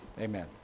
amen